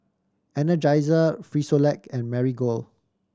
Energizer Frisolac and Marigold